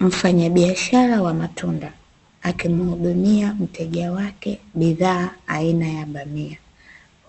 Mfanyabiashara wa matunda akimuhudumia mteja wake bidhaa aina ya bamia